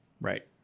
Right